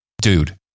dude